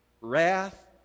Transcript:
Wrath